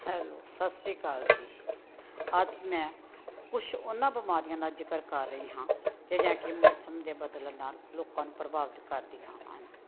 hello ਸਤਿ ਸ਼੍ਰੀ ਅਕਾਲ ਜੀ ਅੱਜ ਮੈਂ ਕੁਛ ਉਹਨਾਂ ਬਿਮਾਰੀਆਂ ਦਾ ਜ਼ਿਕਰ ਕਰ ਰਹੀ ਹਾਂ ਜਿਹੜੀਆਂ ਕਿ ਮੌਸਮ ਦੇ ਬਦਲਣ ਨਾਲ ਲੋਕਾਂ ਨੂੰ ਪ੍ਰਭਾਵਿਤ ਕਰਦੀਆਂ ਹਨ